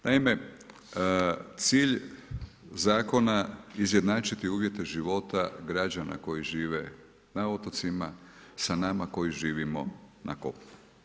Naime cilj zakona izjednačiti uvjete života građana koji žive na otocima, s nama koji živimo na kopnu.